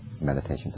meditation